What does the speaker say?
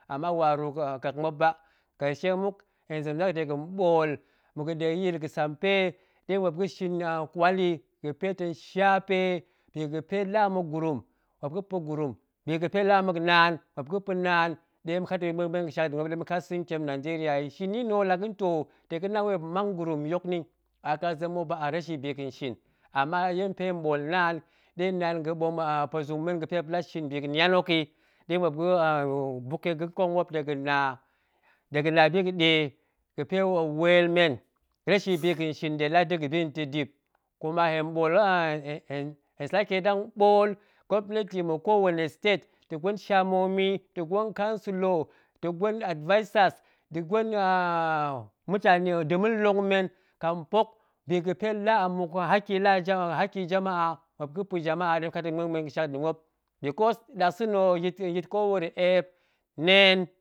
Ama waru nkek muop ba, karce muk hen zem zakyit dega̱ bool, ma̱ ga̱ɗe ga̱yil ga̱sampe ɗe muop ga̱shin kwal yi ga̱pe tong shape bi ga̱pe la amuk gurum, muop ga̱pa̱ gurum, bi ga̱pe la ammuk naan, muop ga̱pa̱ naan, ɗe ma̱kat yima̱ muen muen nda̱ gasaak muop, dema̱kat sa̱ntiem nanjeriya, shini nna̱ ho la ga̱ntoo, tong ga̱na wei muop mang gurum yok nni, akazem muk ba a reshi bi ga̱n shin, ama yen nda̱pe hen ɓoolnaan, ɗe naan ga̱ɓom puezung nen a̱pe muop nɗe la shin biga̱ni an hok yi, ɗe muop ga̱ buk yi ga̱nkong muop dega̱ na ɗega̱ na̱ biga̱ ɗe ga̱pe weel men, reshi biga̱n shin ɗe la da̱ga̱ bi nna̱ ta̱ dip, kuma hen sake ɓool gwopneti mmuk ko wane state nda̱ gwer chairmomy nda̱ gwen concillor nda̱ gwen advisers nda̱ gwen an maltani nda̱ ma̱nlong men, kam bok bi ga̱pe la a mmuk haki jama'a muop ga̱pa̱ jama'a ɗe ma̱kat yi ma̱ muen muen ga̱ shak nda̱ muop, because nɗasa̱na̱ ho yit ko wuro eep neen